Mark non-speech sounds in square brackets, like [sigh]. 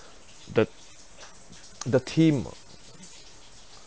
the [noise] the team